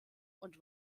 und